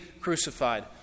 crucified